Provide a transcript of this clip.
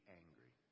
angry